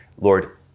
Lord